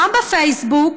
גם בפיייסבוק,